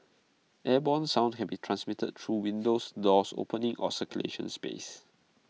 airborne sound can be transmitted through windows doors openings or circulation space